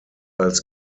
als